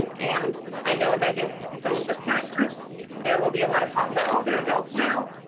and i know that in in some of the parent groups, there will be a lot of talk about oh, they're adults now.